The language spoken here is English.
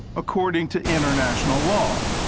according to international law.